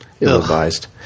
Ill-advised